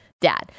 dad